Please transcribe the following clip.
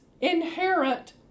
inherent